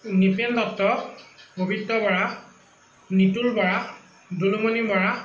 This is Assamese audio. নিপেন দত্ত পবিত্ৰ বৰা নিতুল বৰা দুলুমণি বৰা